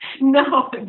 no